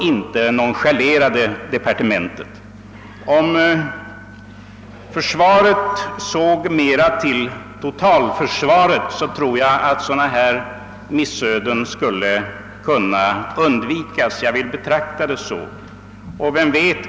Om man inom försvarsmakten såg mera till totalförsvaret, tror jag att detta slags missöden skulle kunna undvikas; jag vill åtminstone betrakta frågan på detta sätt.